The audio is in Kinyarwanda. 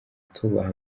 tubaha